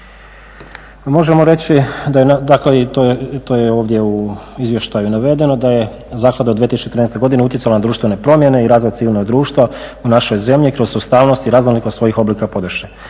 Možemo reći da je dakle i to je ovdje u izvještaju navedeno da je zaklada 2013. godine utjecala na društvene promjene i razvoj civilnog društva u našoj zemlji kroz sustavnost i raznolikost svojih oblika podrške